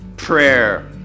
Prayer